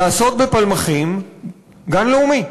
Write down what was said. לעשות בפלמחים גן לאומי.